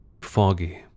foggy